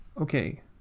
Okay